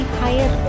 higher